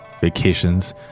vacations